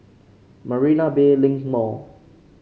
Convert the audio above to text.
Marina Bay Link Mall